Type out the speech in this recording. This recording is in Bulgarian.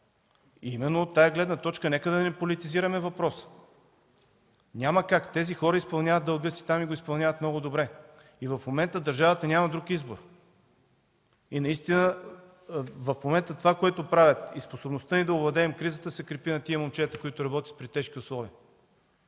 Именно от тази гледна точка нека не политизираме въпроса. Няма как. Тези хора изпълняват дълга си там и го изпълняват много добре. В момента държавата няма друг избор. Наистина, в момента това, което правят, и способността ни да овладеем кризата се крепи на тези момчета, които работят при тежки условия.